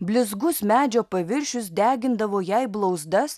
blizgus medžio paviršius degindavo jai blauzdas